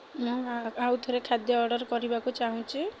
ମୁଁ ଆଉ ଥରେ ଖାଦ୍ୟ ଅର୍ଡ଼ର୍ କରିବାକୁ ଚାହୁଁଛି